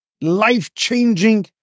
life-changing